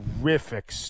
terrific